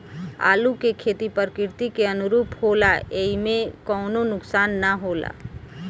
आलू के खेती प्रकृति के अनुरूप होला एइमे कवनो नुकसान ना होला